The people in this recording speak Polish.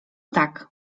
tak